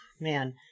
man